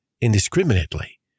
indiscriminately